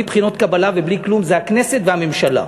בחינות קבלה ובלי כלום זה הכנסת והממשלה.